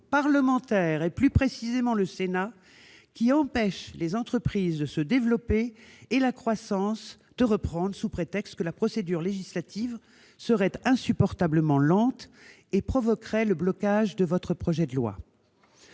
parlementaires, et plus précisément le Sénat, qui empêchent les entreprises de se développer et la croissance de repartir, sous prétexte que la procédure législative serait insupportablement lente et provoquerait le blocage de votre projet de loi